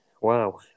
Wow